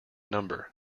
number